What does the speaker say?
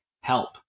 help